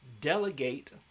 delegate